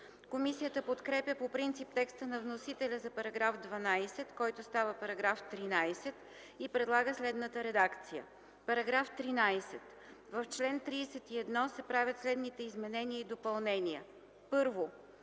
Комисията подкрепя по принцип текста на вносителя за § 12, който става § 13, и предлага следната редакция: „§ 13. В чл. 31 се правят следните изменения и допълнения: 1.